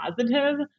positive